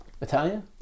Italian